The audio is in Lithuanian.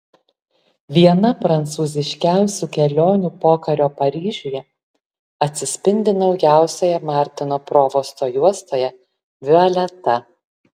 viena prancūziškiausių kelionių pokario paryžiuje atsispindi naujausioje martino provosto juostoje violeta